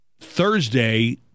Thursday